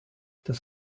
das